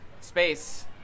space